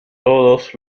todos